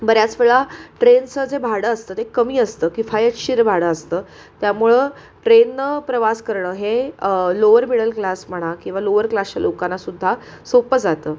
बऱ्याच वेळा ट्रेनचं जे भाडं असतं ते कमी असतं कीफायतशीर भाडं असतं त्यामुळं ट्रेननं प्रवास करणं हे लोअर मिडल क्लास म्हणा किंवा लोअर क्लासच्या लोकांना सुद्धा सोपं जातं